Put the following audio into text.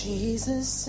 Jesus